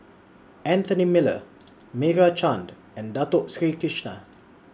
Anthony Miller Meira Chand and Dato Sri Krishna